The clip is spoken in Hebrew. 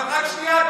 אבל רק שנייה,